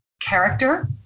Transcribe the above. Character